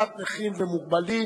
ומסי הממשלה (פטורין)